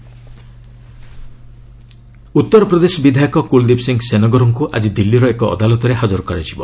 CBI Sengar Uttar Pradesh ବିଧାୟକ କୁଲଦୀପ ସିଂ ସେନଗରଙ୍କୁ ଆଜି ଦିଲ୍ଲୀର ଏକ ଅଦାଲତରେ ହାଜର କରାଯିବ